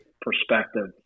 perspective